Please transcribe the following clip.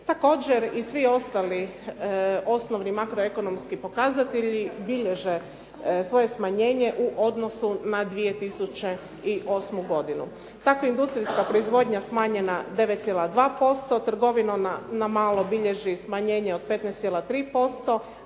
Također i svi ostali osnovni makroekonomski pokazatelji bilježe svoje smanjenje u odnosu na 2008. godinu. Tako je industrijska proizvodnja smanjena 9,2%, trgovina na malo bilježi smanjenje od 15,3%,